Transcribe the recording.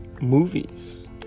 movies